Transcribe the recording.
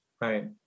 Right